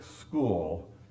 school